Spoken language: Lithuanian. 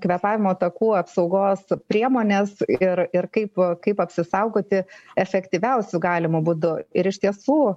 kvėpavimo takų apsaugos priemonės ir ir kaip kaip apsisaugoti efektyviausiu galimu būdu ir iš tiesų